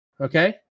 Okay